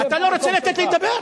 שצריך להגיד לך.